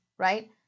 right